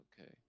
Okay